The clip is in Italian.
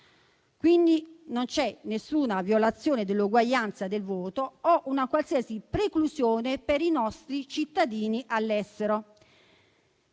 Quindi, non c'è alcuna violazione dell'uguaglianza del voto o una qualsiasi preclusione per i nostri cittadini all'estero.